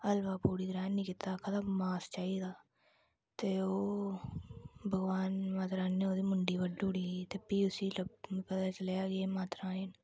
हल्वा पूड़ी ग्रहण नी कीता आक्खा दा मास चाहिदा ते ओह् भगवान माता रानी ने उंदी मुंडी बड्डू उड़ी ही ते फी उसी पता चलेआ कि एह् माता रानी